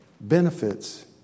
benefits